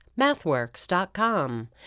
MathWorks.com